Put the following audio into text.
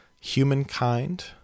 Humankind